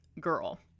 girl